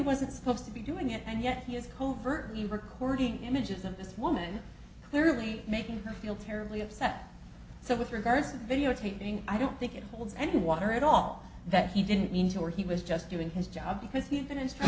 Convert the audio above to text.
wasn't supposed to be doing it and yet he was covertly recording images of this woman clearly making her feel terribly upset so with regards to video taping i don't think it holds any water at all that he didn't mean to or he was just doing his job because he'd been in